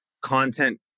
content